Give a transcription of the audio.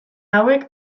hauek